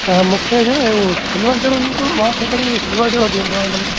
त मूंखे न हू सिल्वर जहिड़ो ईंदो आहे